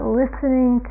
listening